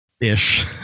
ish